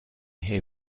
hear